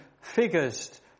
figures